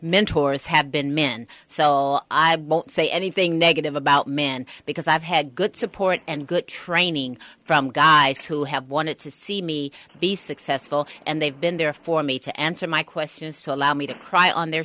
mentors have been men so i won't say anything negative about men because i've had good support and good training from guys who have wanted to see me be successful and they've been there for me to answer my questions to allow me to cry on their